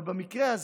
אבל במקרה הזה,